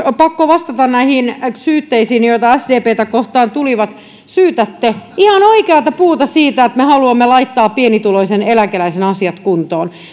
on pakko vastata näihin syytteisiin joita sdptä kohtaan tuli syytätte ihan oikeata puuta siitä että me haluamme laittaa pienituloisen eläkeläisen asiat kuntoon